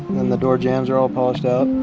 then the door jams are all polished out.